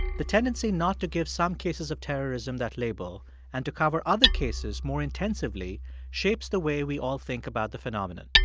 the tendency not to give some cases of terrorism that label and to cover other cases more intensively shapes the way we all think about the phenomenon.